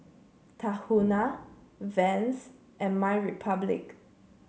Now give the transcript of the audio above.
Tahuna Vans and MyRepublic